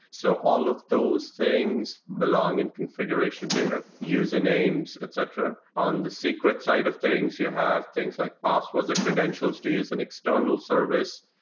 so all of those things belong in configuration data usernames, etc. on the secret side of things, you have things like passwords and credentials to use an external service.